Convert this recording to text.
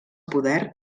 poder